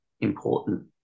important